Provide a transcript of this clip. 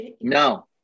No